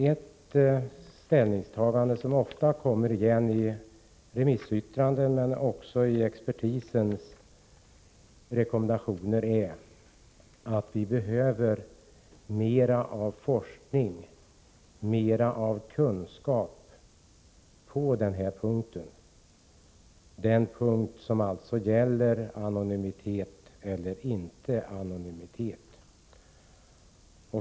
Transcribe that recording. Ett konstaterande som ofta återkommer i remissyttranden, men också i expertisens rekommendationer, är att vi behöver mer forskning och mer kunskap på den här punkten — alltså den som gäller anonymitet eller inte anonymitet.